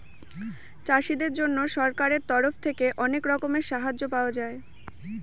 চাষীদের জন্য সরকারের তরফ থেকে অনেক রকমের সাহায্য পায়